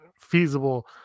feasible